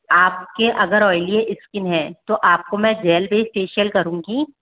आपके अगर ऑयलीय स्किन है तो आपको मैं जेल बेस फेशियल करूँगी